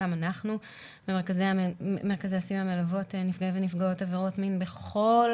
גם אנחנו במרכזי הסיוע מלוות נפגעי ונפגעות עבירות מין בכל